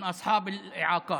מוגבלויות,